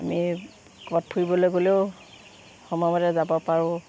আমি ক'ৰবাত ফুৰিবলে গ'লেও সময়মতে যাব পাৰোঁ